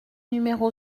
numéro